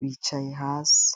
bicaye hasi.